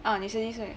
ah 你十六岁